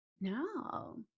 No